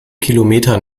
kilometer